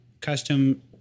custom